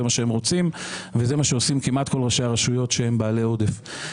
זה מה שהם רוצים וזה מה שעושים כמעט כל ראשי הרשויות שהן בעלי עודף.